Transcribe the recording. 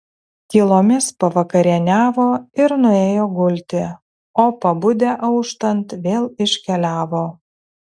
tylomis pavakarieniavo ir nuėjo gulti o pabudę auštant vėl iškeliavo